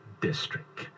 District